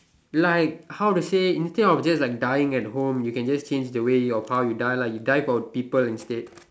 like how to say instead of just like dying at home you can just change the way of how you die lah you die for people instead